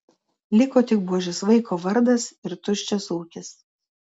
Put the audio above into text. liko tik buožės vaiko vardas ir tuščias ūkis